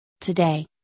Today